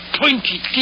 pointy